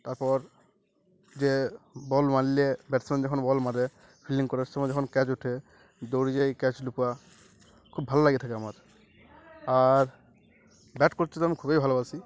তারপর যে বল মারলে ব্যাটসম্যান যখন বল মারে ফিল্ডিং করার সময় যখন ক্যাচ ওঠে দৌড়িয়ে যায় ক্যাচ লুফা খুব ভালো লাগে থাকে আমার আর ব্যাট করতে তো আমি খুবই ভালোবাসি